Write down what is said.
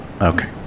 okay